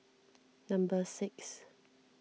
number six